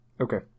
Okay